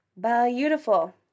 beautiful